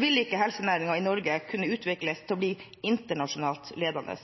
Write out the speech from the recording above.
vil ikke helsenæringen i Norge kunne utvikles til å bli internasjonalt ledende.